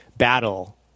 battle